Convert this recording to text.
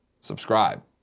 subscribe